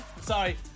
Sorry